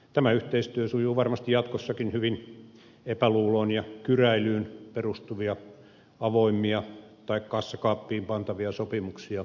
tämä yhteistyö sujuu varmasti jatkossakin hyvin epäluuloon ja kyräilyyn perustuvia avoimia tai kassakaappiin pantavia sopimuksia ei tarvita